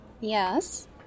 Yes